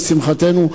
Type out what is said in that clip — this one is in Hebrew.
לשמחתנו,